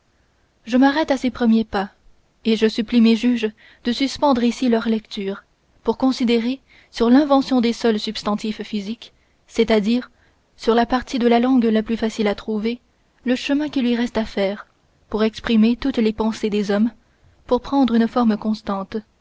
je m'arrête à ces premiers pas et je supplie mes juges de suspendre ici leur lecture pour considérer sur l'invention des seuls substantifs physiques c'est-à-dire sur la partie de la langue la plus facile à trouver le chemin qui lui reste à faire pour exprimer toutes les pensées des hommes pour prendre une forme constante